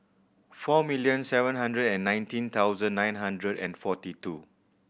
four million seven hundred and nineteen thousand nine hundred and forty two